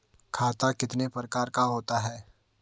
खाता कितने प्रकार का होता है?